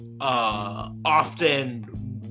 often